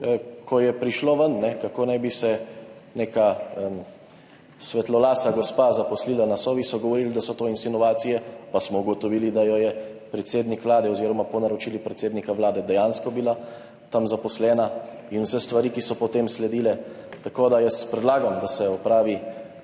ko je prišlo ven, kako naj bi se neka svetlolasa gospa zaposlila na Sovi, so govorili, da so to insinuacije, pa smo ugotovili, da je bila po naročilih predsednika Vlade dejansko tam zaposlena in vse stvari, ki so potem sledile. Tako da jaz predlagam, da se opravi